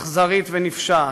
אכזרית ונפשעת.